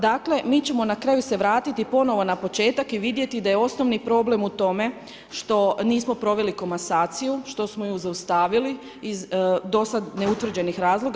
Dakle mi ćemo na kraju se vratiti ponovo na početak i vidjeti da je osnovni problem u tome što nismo proveli komasaciju, što smo ju zaustavili iz do sada neutvrđenih razloga.